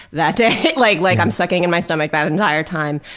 that day, like like i'm sucking in my stomach that entire time.